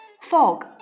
Fog